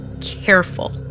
careful